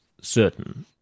certain